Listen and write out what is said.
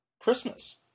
Christmas